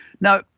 Now